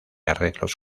arreglos